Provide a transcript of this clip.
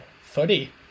footy